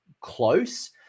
close